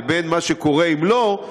לבין מה שקורה אם לא,